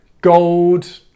gold